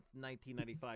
1995